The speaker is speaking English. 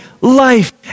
life